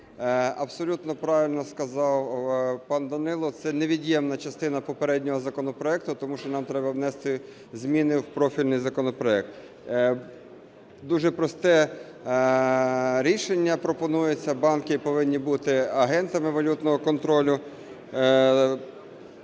Абсолютно правильно сказав пан Данило, це невід'ємна частина попереднього законопроекту, тому що нам треба внести зміни у профільний законопроект. Дуже просте рішення пропонується: банки повинні бути агентами валютного контролю.